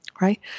Right